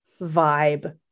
vibe